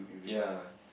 ya